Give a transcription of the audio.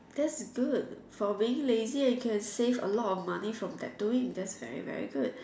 that's good for being lazy and can save a lot money from tattooing that's very very good